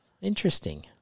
Interesting